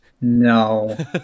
No